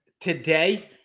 Today